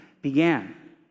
began